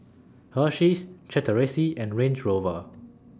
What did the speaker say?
Hersheys Chateraise and Range Rover